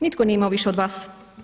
Nitko nije imao više od vas.